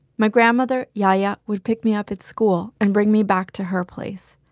my grandmother, iaia, would pick me up at school and bring me back to her place.